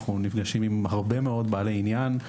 אנחנו נפגשים עם הרבה מאוד בעלי עניין,